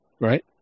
right